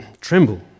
tremble